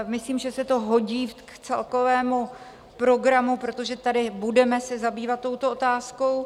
Myslím, že se to hodí k celkovému programu, protože tady se budeme zabývat touto otázkou.